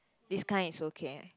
this kind is okay